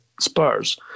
Spurs